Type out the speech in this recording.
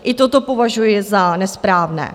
I toto považuji za nesprávné.